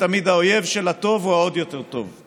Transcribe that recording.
תמיד האויב של הטוב הוא העוד-יותר טוב.